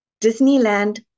Disneyland